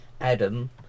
Adam